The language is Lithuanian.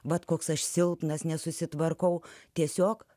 vat koks aš silpnas nesusitvarkau tiesiog